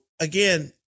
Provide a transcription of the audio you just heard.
again